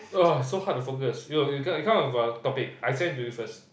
!uh! it's so hard to focus you you come up come up with a topic I send to you first